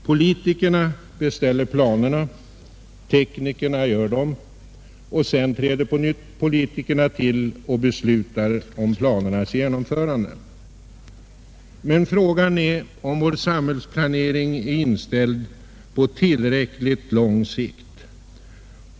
Politikerna beställer planerna, teknikerna gör dem och sedan träder på nytt politikerna till och beslutar om planernas genomförande. Men frågan är, om vår samhällsplanering är inställd på tillräckligt lång sikt.